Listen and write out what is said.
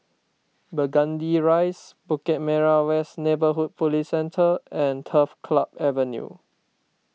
Burgundy Rise Bukit Merah West Neighbourhood Police Centre and Turf Club Avenue